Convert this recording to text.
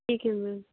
ठीक है मैम